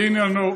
זה עניינו.